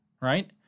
right